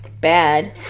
bad